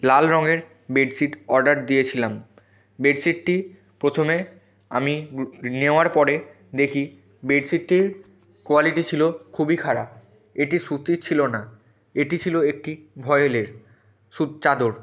লাল রঙের bedsheet order দিয়েছিলাম বেডশিটটি প্রথমে আমি নেওয়ার পরে দেখি বেডশিটটির কোয়ালিটি ছিল খুবই খারাপ এটি সুতির ছিল না এটি ছিল একটি ভয়েলের চাদর